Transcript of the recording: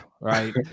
right